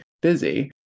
busy